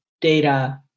data